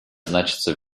значатся